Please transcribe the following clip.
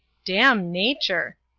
damn nature!